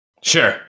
Sure